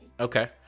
Okay